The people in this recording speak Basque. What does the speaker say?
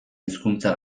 hizkuntza